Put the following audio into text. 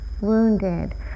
wounded